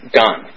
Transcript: done